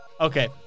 Okay